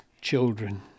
children